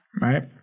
right